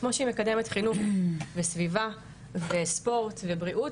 כמו שהיא מקדמת חינוך וסביבה וספורט ובריאות,